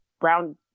brown